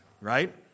right